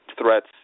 threats